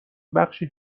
بخشی